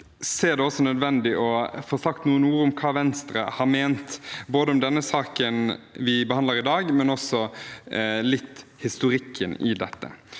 jeg ser det også som nødvendig å få sagt noen ord om hva Venstre har ment, både om de sakene vi behandler i dag, og også litt om historikken i dette.